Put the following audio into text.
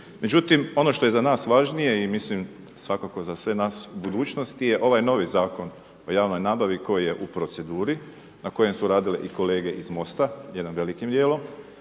Međutim, ono što je za nas važnije i mislim svakako za sve nas u budućnosti je ovaj novi Zakon o javnoj nabavi koji je u proceduri na kojem su radile i kolege iz MOST-a, jednim velikim dijelom